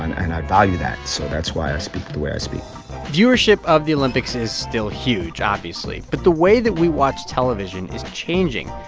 and and i value that, so that's why i speak the way i speak viewership of the olympics is still huge, obviously. but the way that we watch television is changing,